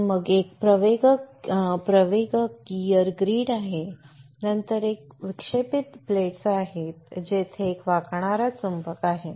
आणि मग एक एक्सीलरेटिंग गीअर ग्रिड आहे नंतर एक डिफ्लेक्शन प्लेट्स आहे आणि येथे एक वाकणारा चुंबक आहे